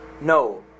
no